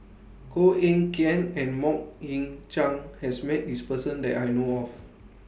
Koh Eng Kian and Mok Ying Jang has Met This Person that I know of